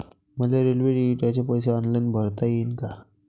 मले रेल्वे तिकिटाचे पैसे ऑनलाईन भरता येईन का?